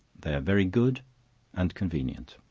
they are very good and convenient.